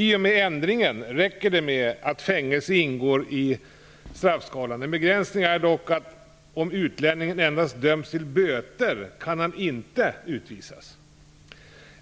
I och med ändringen räcker det med att fängelse ingår i straffskalan. En begränsning är dock att om utlänningen endast döms till böter kan han inte utvisas.